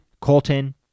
Colton